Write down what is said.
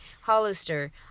Hollister